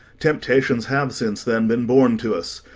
temptations have since then been born to s!